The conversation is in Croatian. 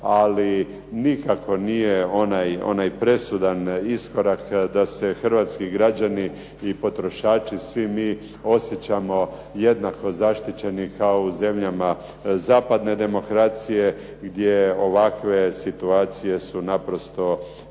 ali nikako nije onaj presudan iskorak da se hrvatski građani i potrošači i svi mi osjećamo jednako zaštićeni kao u zemljama zapadne demokracije gdje ovakve situacije su naprosto nezamislive.